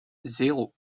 zéro